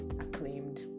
acclaimed